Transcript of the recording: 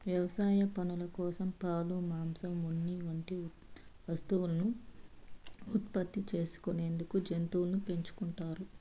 వ్యవసాయ పనుల కోసం, పాలు, మాంసం, ఉన్ని వంటి వస్తువులను ఉత్పత్తి చేసుకునేందుకు జంతువులను పెంచుకుంటారు